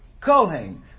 Kohen